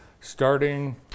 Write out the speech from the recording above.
starting